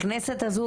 בכנסת הזו,